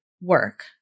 work